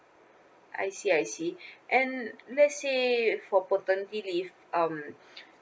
I see I see and let's say for paternity leave um